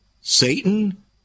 Satan